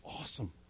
awesome